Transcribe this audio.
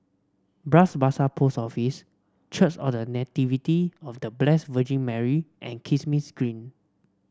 Bras Basah Post Office Church of The Nativity of The Blessed Virgin Mary and Kismis Green